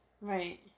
Right